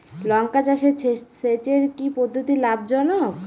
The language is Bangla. লঙ্কা চাষে সেচের কি পদ্ধতি লাভ জনক?